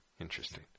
Interesting